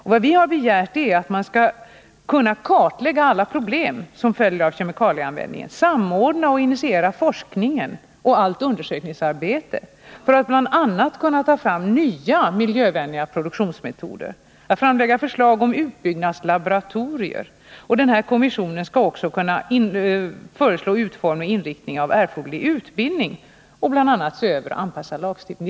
Vad vi har begärt är att man skall kunna kartlägga alla problem som följer av kemikalieanvändningen, samordna och initiera forskning och allt undersökningsarbete för att bl.a. kunna ta fram nya miljövänliga produktionsmetoder och framlägga förslag om utbyggnadslaboratorier. Kommissionen skall alltså kunna föreslå utformning och inriktning av erforderlig utbildning och bl.a. se över och anpassa lagstiftningen.